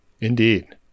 Indeed